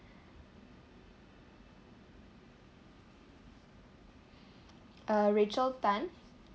uh rachel tan